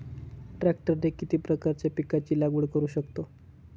ट्रॅक्टरने किती प्रकारच्या पिकाची लागवड करु शकतो?